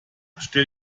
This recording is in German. stell